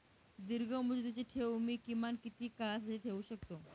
दीर्घमुदतीचे ठेव मी किमान किती काळासाठी ठेवू शकतो?